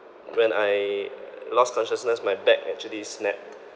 when I lost consciousness my back actually snapped